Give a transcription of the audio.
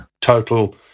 Total